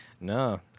No